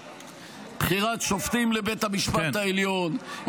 -- בחירת שופטים לבית המשפט העליון.